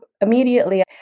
immediately